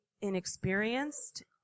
inexperienced